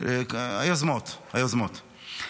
במשכן, היוזמות, היוזמות.